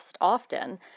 often